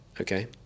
okay